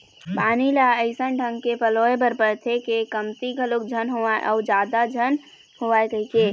पानी ल अइसन ढंग के पलोय बर परथे के कमती घलोक झन होवय अउ जादा झन होवय कहिके